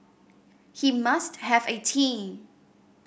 he must have a team